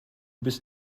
bist